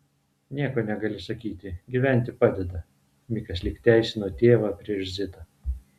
nieko negali sakyti gyventi padeda mikas lyg teisino tėvą prieš zitą